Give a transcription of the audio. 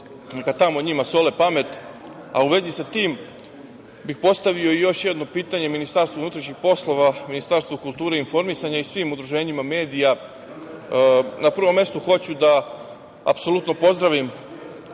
neka tamo njima sole pamet.U vezi sa tim bih postavio još jedno pitanje MUP-u, Ministarstvu kulture i informisanja i svim udruženjima medija. Na prvom mestu hoću da apsolutno pozdravim